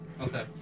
Okay